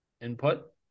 input